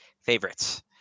favorites